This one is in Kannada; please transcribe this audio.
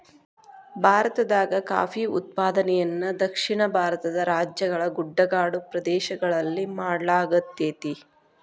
ಭಾರತದಾಗ ಕಾಫಿ ಉತ್ಪಾದನೆಯನ್ನ ದಕ್ಷಿಣ ಭಾರತದ ರಾಜ್ಯಗಳ ಗುಡ್ಡಗಾಡು ಪ್ರದೇಶಗಳಲ್ಲಿ ಮಾಡ್ಲಾಗತೇತಿ